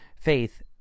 faith